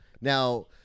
Now